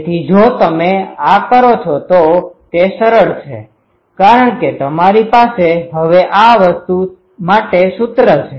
તેથી જો તમે આ કરો છો તે સરળ છે કારણ કે તમારી પાસે હવે આ વસ્તુ માટે સૂત્ર છે